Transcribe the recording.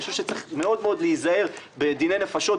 אני חושב שצריך מאוד-מאוד להיזהר בדיני נפשות,